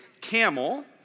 camel